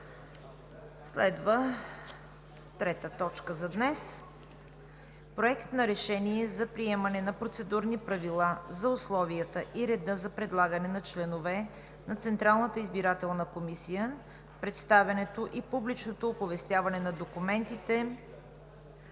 избирателна комисия. Приложение № 2 към Решение за приемане на Процедурни правила за условията и реда за предлагане на членове на Централната избирателна комисия, представянето и публичното оповестяване на документите